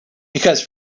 because